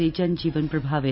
से जन जीवन प्रभावित